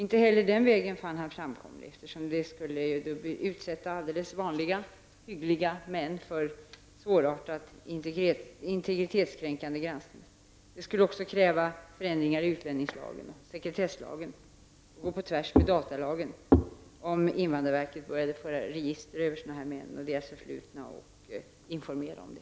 Inte heller den vägen fann han framkomlig, eftersom vi då skulle utsätta alldeles vanliga hyggliga män för svårartad integritetskränkande granskning. Det skulle kräva förändring av utlänningslagen och sekretesslagen och gå tvärtemot datalagen, om invandrarverk började föra register över sådana män och deras förflutna och informera om det.